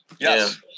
yes